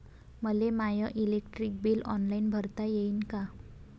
मले my electric bill online भरता येईन का?